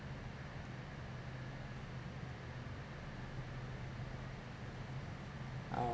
oh